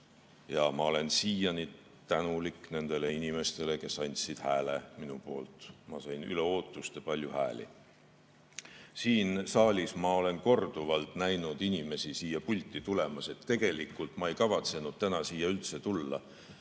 Ja ma olen siiani tänulik nendele inimestele, kes andsid hääle minu poolt. Ma sain üle ootuste palju hääli. Siin saalis ma olen korduvalt näinud inimesi siia pulti tulemas ja ütlemas, et tegelikult ma ei kavatsenud täna siia üldse tulla.